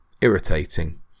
irritating